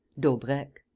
daubrecq